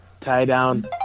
tie-down